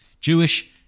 Jewish